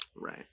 right